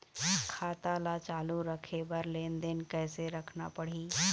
खाता ला चालू रखे बर लेनदेन कैसे रखना पड़ही?